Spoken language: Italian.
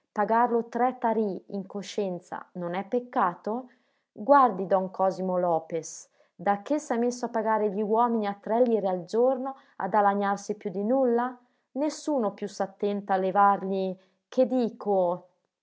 pagarlo tre tarì in coscienza non è peccato guardi don cosimo lopes dacché s'è messo a pagare gli uomini a tre lire al giorno ha da lagnarsi più di nulla nessuno più s'attenta a levargli che dico